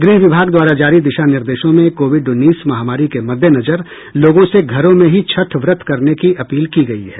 गृह विभाग द्वारा जारी दिशा निर्देशों में कोविड उन्नीस महामारी के मददेनजर लोगों से घरों में ही छठ व्रत करने की अपील की गयी है